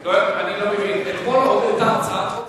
אני לא מבין, אתמול הועלתה הצעת חוק כזאת?